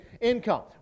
income